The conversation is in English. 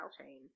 chain